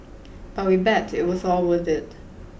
but we bet it was all worth it